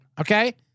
Okay